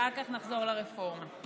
אחר כך נחזור לרפורמה.